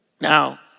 Now